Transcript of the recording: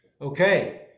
okay